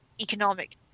economic